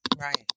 Right